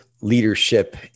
leadership